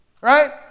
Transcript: Right